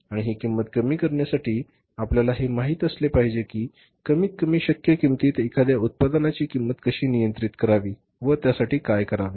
आणि हि किंमत कमी करण्यासाठी आपल्याला हे माहित असले पाहिजे की कमीतकमी शक्य किंमतीत एखाद्या उत्पादनाची किंमत कशी नियंत्रित करावी यासाठी काय करावे